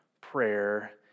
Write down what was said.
prayer